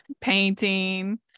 painting